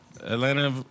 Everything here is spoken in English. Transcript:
Atlanta